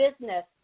business